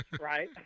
Right